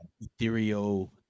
ethereal